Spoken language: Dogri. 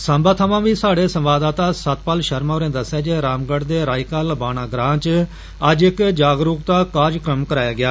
साम्बा थमां बी साह्डे संवाददाता सत्तपाल शर्मा होरे दस्सेआ ऐ जे रामगढ़ दे रायका लबाना ग्रां च अज्ज इक जागरूक्ता कार्यक्रम कराया गेआ